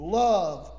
love